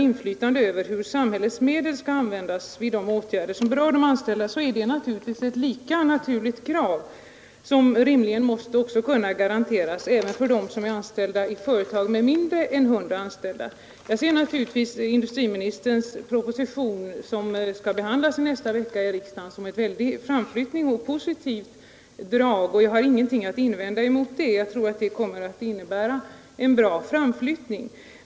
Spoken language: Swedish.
Inflytande över hur samhällets medel skall användas vid åtgärder som berör de anställda är naturligtvis ett lika naturligt krav som information om planerade åtgärder. Detta bör rimligen kunna garanteras även för dem som arbetar i företag med mindre än 100 anställda. Jag ser industriministerns proposition, som skall behandlas nästa vecka i riksdagen, som positiv och har ingenting att invända mot de förslag som där framförs. De kommer säkerligen att innebära en bra framflyttning.